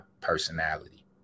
personality